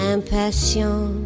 Impatient